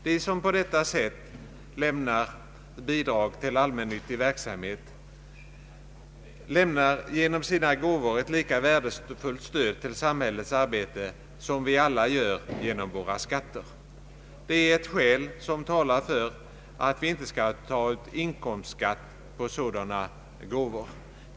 De som på detta sätt lämnar bidrag till allmännyttig verksamhet ger genom sina gåvor ett lika värdefullt stöd till samhällets arbete som vi alla gör genom våra skatter. Detta är ett skäl som talar för att vi inte skall ta ut inkomstskatt på sådana gåvor.